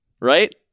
right